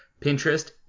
Pinterest